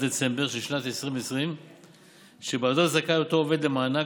דצמבר של שנת 2020 שבעדו זכאי אותו עובד למענק.